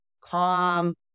calm